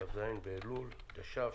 כ"ז באלול התש"ף,